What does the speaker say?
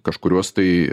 kažkurios tai